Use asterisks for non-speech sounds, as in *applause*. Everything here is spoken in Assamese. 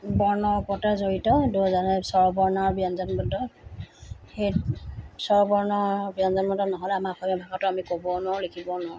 বৰ্ণৰ ওপৰতেই জড়িত *unintelligible* স্বৰবৰ্ণ আৰু ব্যঞ্জন বৰ্ণ সেই স্বৰবৰ্ণ ব্যঞ্জন বৰ্ণ নহ'লে আমাৰ ভাষাটো আমি ক'বও নোৱাৰোঁ লিখিবও নোৱাৰোঁ